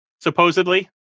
supposedly